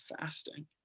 fasting